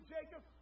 Jacob